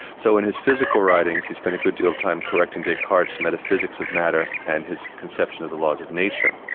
so in his physical writings, he spent a good deal of time correcting descartes' metaphysics of matter and his conception of the laws of nature.